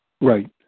Right